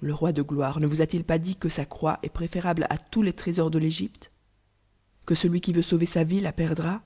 le roi de gloire ne vous a-t-il pas dit que sa croix es t préférable à tous les trésors de légypte que celui qui veut sauver sa vie la perdra